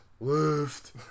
Lift